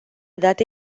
date